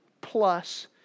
plus